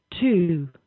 two